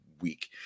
week